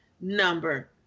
number